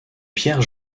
pierre